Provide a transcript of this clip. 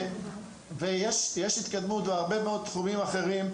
יש התקדמות בהרבה מאוד תחומים אחרים,